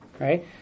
right